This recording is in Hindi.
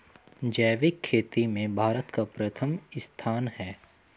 जैविक खेती में भारत का प्रथम स्थान है